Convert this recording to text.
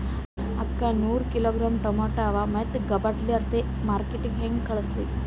ಅಕ್ಕಾ ನೂರ kilogram tomato ಅವ, ಮೆತ್ತಗಬಡಿಲಾರ್ದೆ ಮಾರ್ಕಿಟಗೆ ಹೆಂಗ ಕಳಸಲಿ?